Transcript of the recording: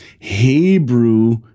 Hebrew